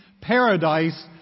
paradise